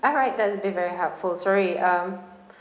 alright then be very helpful sorry um